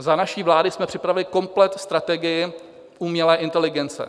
Za naší vlády jsme připravili komplet strategii umělé inteligence.